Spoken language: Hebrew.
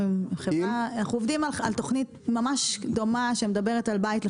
אנחנו עובדים על תוכנית ממש דומה שמדברת על בית לחדשנות,